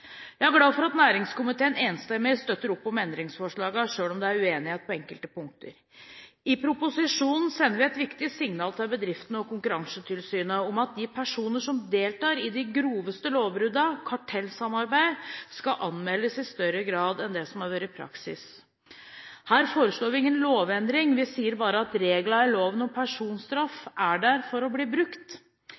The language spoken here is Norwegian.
Jeg er glad for at næringskomiteen enstemmig støtter opp om endringsforslagene, selv om det er uenighet på enkelte punkter. I proposisjonen sender vi et viktig signal til bedriftene og Konkurransetilsynet om at de personer som deltar i de groveste lovbruddene – kartellsamarbeid – skal anmeldes i større grad enn det som har vært praksis. Her foreslår vi ingen lovendring, vi sier bare at reglene i loven om personstraff er der for å bli brukt.